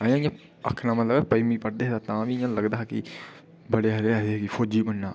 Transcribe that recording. अहें आक्खना मतलब ऐ की पंञमीं पढ़दे हे तां भी इं'या लगदा हा की बड़े हारे आखदे हे कि फौजी बनना